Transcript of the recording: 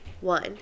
One